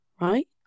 right